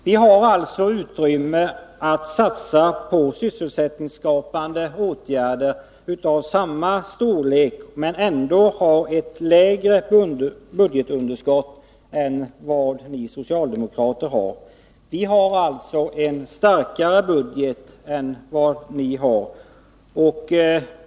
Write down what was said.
Vi har alltså utrymme att satsa på sysselsättningsskapande åtgärder av samma storleksordning som socialdemokraterna, men vårt förslag ger ändå ett lägre budgetunderskott än vad ni har. Vårt förslag innebär en starkare budget än er.